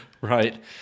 right